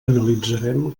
analitzarem